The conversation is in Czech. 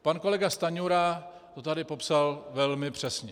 Pan kolega Stanjura to tady popsal velmi přesně.